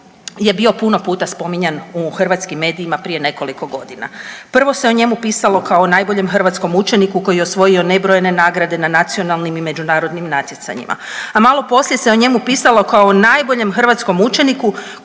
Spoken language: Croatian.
je bio puno puta spominjan u hrvatskim medijima prije nekoliko godina. Prvo se o njemu pisalo kao najboljem hrvatskom učeniku koji je osvojio nebrojene nagrade na nacionalnim i međunarodnim natjecanjima, a malo poslije se o njemu pisalo kao najboljem hrvatskom učeniku